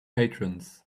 patrons